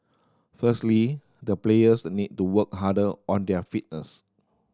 firstly the players need to work harder on their fitness